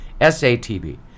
S-A-T-B